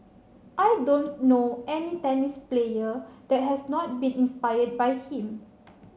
I don't know any tennis player that has not been inspired by him